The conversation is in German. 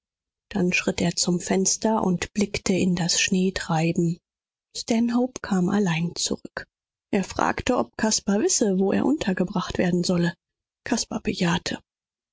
dann schritt er zum fenster und blickte in das schneetreiben stanhope kam allein zurück er fragte ob caspar wisse wo er untergebracht werden solle caspar bejahte